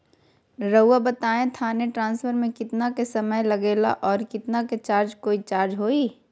रहुआ बताएं थाने ट्रांसफर में कितना के समय लेगेला और कितना के चार्ज कोई चार्ज होई?